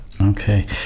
okay